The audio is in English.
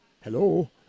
hello